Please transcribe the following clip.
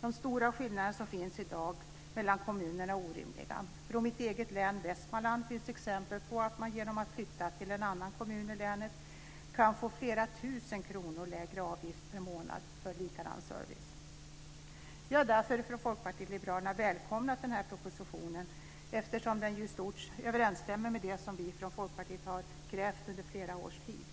De stora skillnader som finns i dag mellan kommunerna är orimliga. Från mitt eget län Västmanland finns exempel på att man genom att flytta till en annan kommun i länet kan få flera tusen kronor lägre avgift per månad för likadan service. Vi har därför från Folkpartiet liberalerna välkomnat den här propositionen eftersom den i stort överensstämmer med det som vi från Folkpartiet har krävt under flera års tid.